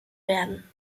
werden